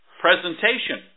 presentation